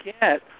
get